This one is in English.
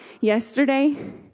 yesterday